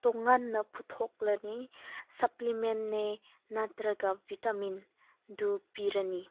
ꯇꯣꯉꯥꯟꯅ ꯄꯨꯊꯣꯛꯂꯅꯤ ꯁꯞꯄ꯭ꯂꯤꯃꯦꯟꯅꯦ ꯅꯠꯇ꯭ꯔꯒ ꯕꯤꯇꯥꯃꯤꯟꯗꯨ ꯄꯤꯔꯅꯤ